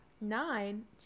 nine